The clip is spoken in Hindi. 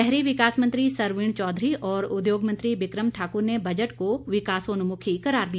शहरी विकास मंत्री सरवीण चौधरी और उद्योग मंत्री बिक्रम ठाकर ने बजट को विकासोन्नमुखी करार दिया